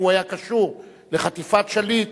אם הוא היה קשור לחטיפת שליט,